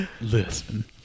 listen